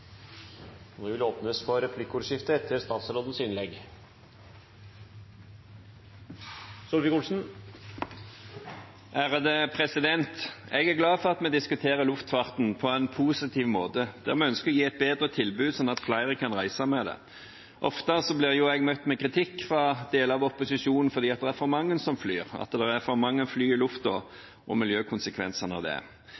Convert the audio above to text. at vi vil komme tilbake til, men da som en del av et opplegg basert på det arbeidet som nå pågår i regjeringen, og som har sitt grunnlag i budsjettforliket og Stortingets vedtak. Jeg er glad for at vi diskuterer luftfarten på en positiv måte, der vi ønsker å gi et bedre tilbud, slik at flere kan reise med det. Ofte blir jeg møtt med kritikk fra deler av opposisjonen fordi det er for mange som flyr,